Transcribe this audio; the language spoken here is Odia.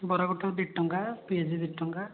ବରା ଗୋଟାକୁ ଦୁଇଟଙ୍କା ପିଆଜି ଦୁଇଟଙ୍କା